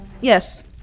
Yes